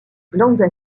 glandes